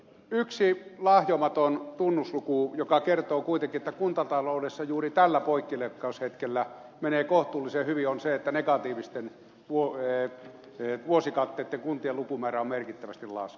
yksi lahjomaton tunnusluku joka kertoo kuitenkin että kuntataloudessa juuri tällä poikkileikkaushetkellä menee kohtuullisen hyvin on se että negatiivisten vuosikatteitten kuntien lukumäärä on merkittävästi laskenut